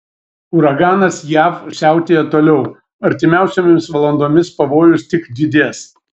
uraganas jav siautėja toliau artimiausiomis valandomis pavojus tik didės